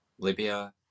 Libya